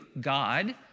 God